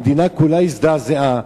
המדינה כולה הזדעזעה,